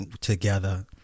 together